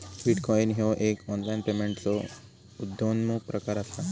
bitcoin ह्यो एक online पेमेंटचो उद्योन्मुख प्रकार असा